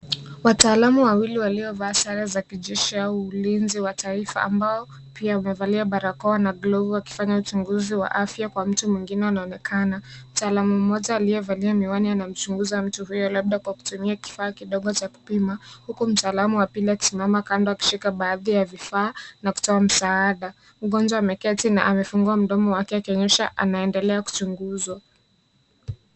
Wataalamu wawili waliovaa sare za kijeshi au ulinzi wa taifa ambao, pia wamevalia barakoa na glovu wakifanya uchunguzi wa afya kwa mtu mwingine anaonekana. Mtaalamu mmoja aliyevalia miwani anamchunguza mtu huyo labda kwa kutumia kifaa kidogo cha kupima, huku mtaalamu wa pili akisimama kando akishika baadhi ya vifaa, na kutoa msaada. Mgonjwa ameketi na amefungua mdomo wake akionyesha anaendelea kuchunguzwa.